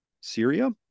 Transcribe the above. Syria